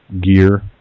gear